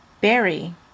berry